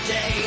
Day